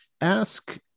ask